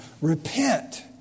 Repent